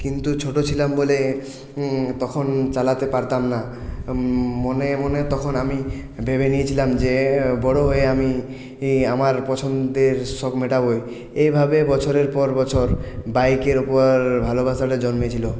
কিন্তু ছোটো ছিলাম বলে তখন চালাতে পারতাম না মনে মনে তখন আমি ভেবে নিয়েছিলাম যে বড়ো হয়ে আমি আমার পছন্দের শখ মেটাবোই এভাবে বছরের পর বছর বাইকের উপর ভালোবাসাটা জন্মেছিল